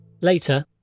Later